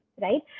right